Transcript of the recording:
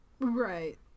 Right